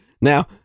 Now